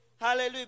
hallelujah